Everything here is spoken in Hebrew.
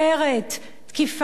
תקיפה מיותרת.